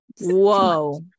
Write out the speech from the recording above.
Whoa